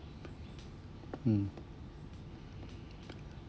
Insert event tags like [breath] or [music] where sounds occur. mm [breath]